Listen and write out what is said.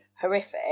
horrific